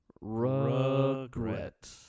Regret